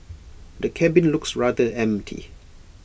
the cabin looks rather empty